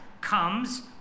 comes